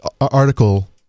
article